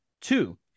Two